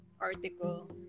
article